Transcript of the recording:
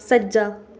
ਸੱਜਾ